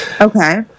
Okay